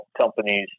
companies